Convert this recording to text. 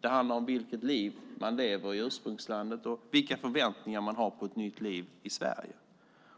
Det handlar om vilket liv man lever i ursprungslandet och vilka förväntningar man har på ett nytt liv i Sverige.